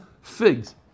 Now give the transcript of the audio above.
figs